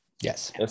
Yes